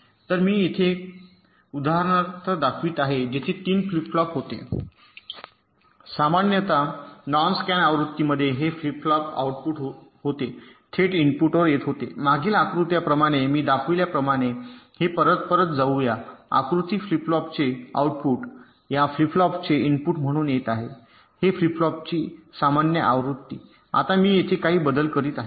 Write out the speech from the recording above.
तर मी येथे एक उदाहरणार्थ दाखवित आहे जेथे 3 फ्लिप फ्लॉप होते सामान्यत नॉन स्कॅन आवृत्तीमध्ये हे फ्लिप फ्लॉप आउटपुट होते थेट इनपुटवर येत होते मागील आकृत्याप्रमाणे मी दाखविल्याप्रमाणे हे परत परत जाऊया आकृती फ्लिप फ्लॉपचे आउटपुट या फ्लिप फ्लॉपचे इनपुट म्हणून येत आहे हे होते फ्लिप फ्लॉपची सामान्य आवृत्ती आता मी येथे काही बदल करीत आहे